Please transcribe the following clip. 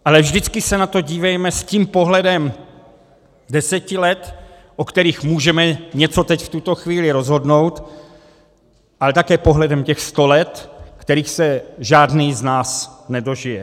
Ale vždycky se na to dívejme s tím pohledem deseti let, o kterých můžeme něco teď v tuto chvíli rozhodnout, ale také pohledem těch sta let, kterých se žádný z nás nedožije.